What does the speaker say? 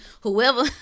Whoever